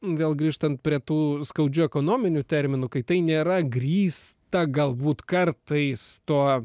gal grįžtant prie tų skaudžių ekonominių terminų kai tai nėra grįsta galbūt kartais tuo